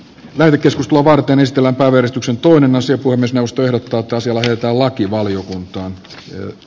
päiväkeskus tuo varten istua kaveristuksen toinen asia kuin mausteena tuota sellaiselta lakivaliokunta on hyvä